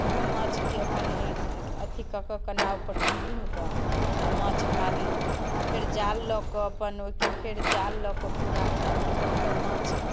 ओहो माछके अपन अथी कऽ कऽ नावपर घुमि घुमिकऽ आओर माछ मारलहुँ फेर जाल लऽ कऽ अपन ओहिके फेर जाल लऽ कऽ पूरा अथी कऽ कऽ माछ